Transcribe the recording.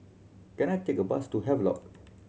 can I take a bus to Havelock